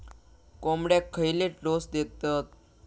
कोंबड्यांक खयले डोस दितत?